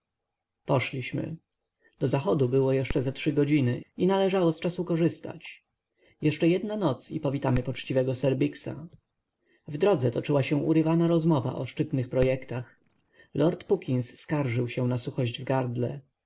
do zachodu było jeszcze ze trzy godziny i należało z czasu korzystać jeszcze jedna noc i powitamy poczciwego sir biggsa w drodze toczyła się urywana rozmowa o szczytnych projektach lord puckins skarżył się na suchość w gardle